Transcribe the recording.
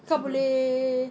apa